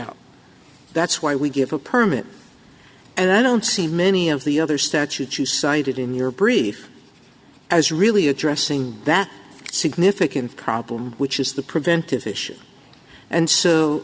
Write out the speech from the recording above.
out that's why we get a permit and i don't see many of the other statutes you cited in your brief as really addressing that significant problem which is the preventive issue and so